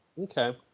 Okay